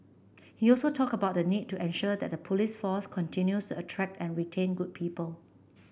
he also talked about the need to ensure that the police force continues to attract and retain good people